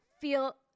feel